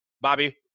Bobby